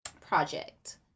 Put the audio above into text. project